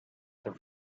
the